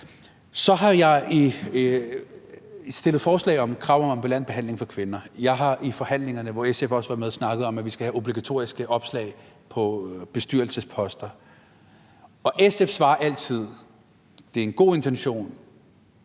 Så har jeg stillet forslag om ambulant behandling for kvinder. Jeg har i forhandlingerne, hvor SF også var med, snakket om, at vi skal have obligatoriske opslag for bestyrelsesposter. Og SF svarer altid, at det er en god intention,